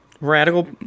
Radical